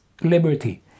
liberty